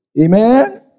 amen